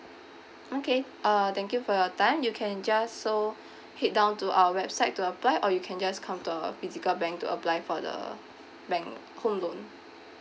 okay uh thank you for your time you can just so head down to our website to apply or you can just come to a physical bank to apply for the bank home loan